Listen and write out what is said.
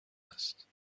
است